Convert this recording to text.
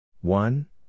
one